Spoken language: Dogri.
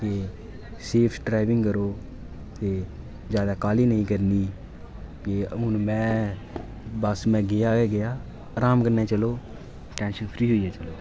के सेफ ड्राइविंग करो जादा काह्ली नेईं करनी ते हून मैं बस में गेआ गै गेआ राम कन्नै चलो टैंशन फ्रीऽ होइयै चलो